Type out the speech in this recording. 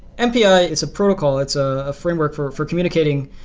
mpi is a protocol. it's a a framework for for communicating,